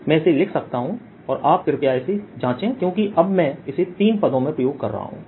मैं इसे लिख सकता हूं और आप कृपया इसे जांचें क्योंकि अब मैं इसे तीनों पदों में प्रयोग कर रहा हूं